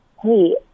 hey